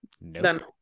Nope